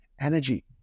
energy